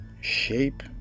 shape